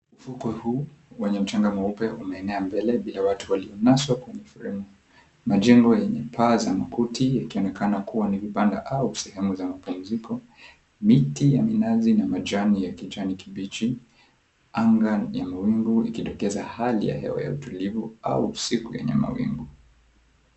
Ufukwe huu wenye mchanga mweupe umeenea mbele bila watu walionaswa kwenye fremu. Majengo yenye paa za makuti yakionekana kua ni vibanda au sehemu za mapumziko. Miti ya minazi na majani ya kijani kibichi, anga ya mawingu ikidokeza hali ya hewa ya utulivu au siku yenye mawingu.